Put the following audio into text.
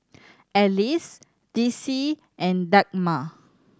Alice Dicy and Dagmar